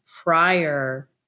prior